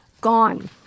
Gone